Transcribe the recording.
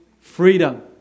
freedom